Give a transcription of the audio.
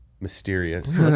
mysterious